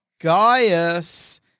Gaius